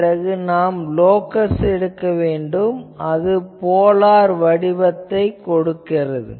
பிறகு நாம் லோகஸ் எடுக்க வேண்டும் அது போலார் வரைபடத்தைக் கொடுக்கிறது